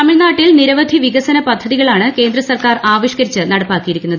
തമിഴ്നാട്ടിൽ നിരവധി വികസന പദ്ധതികളാണ് കേന്ദ്രസർക്കാർ ആവിഷ്ക്കരിച്ച് നടപ്പാക്കിയിരുന്നത്